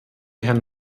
herrn